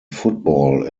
football